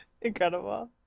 Incredible